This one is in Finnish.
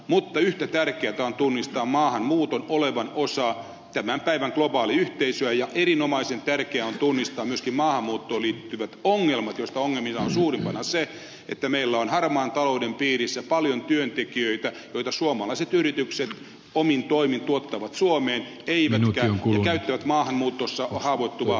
mutta yhtä tärkeätä on tunnistaa maahanmuuton olevan osa tämän päivän globaaliyhteisöä ja erinomaisen tärkeää on tunnistaa myöskin maahanmuuttoon liittyvät ongelmat joista ongelmista suurimpana on se että meillä on harmaan talouden piirissä paljon työntekijöitä joita suomalaiset yritykset omin toimin tuottavat suomeen ja käyttävät maahanmuutossa haavoittuvaa väestönosaa hyväksensä